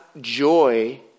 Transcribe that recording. joy